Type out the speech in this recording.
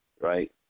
Right